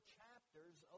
chapters